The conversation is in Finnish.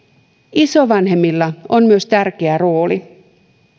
isovanhemmilla on myös tärkeä rooli